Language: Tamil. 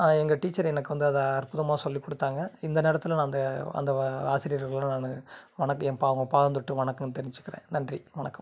எங்கள் டீச்சர் எனக்கு வந்து அதை அற்புதமாக சொல்லி கொடுத்தாங்க இந்த நேரத்தில் நான் அந்த அந்த ஆசிரியர்கள நானும் வணக் என் பா அவங்க பாதம் தொட்டு வணக்கம் தெரிவிச்சுக்கிறேன் நன்றி வணக்கம்